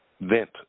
vent